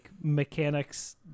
mechanics